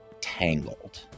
tangled